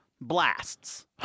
blasts